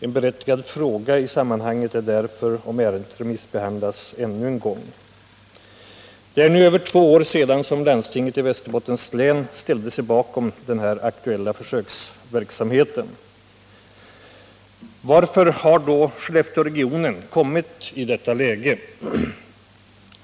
En berättigad fråga i sammanhanget är därför om ärendet remissbehandlats ännu en gång. Det är nu över två år sedan landstinget i Västerbottens län ställde sig bakom den här aktuella försöksverksamheten. Varför har då Skellefteåregionen kommit i detta läge?